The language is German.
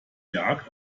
jagd